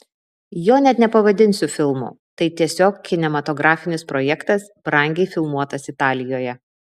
jo net nepavadinsi filmu tai tiesiog kinematografinis projektas brangiai filmuotas italijoje